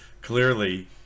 clearly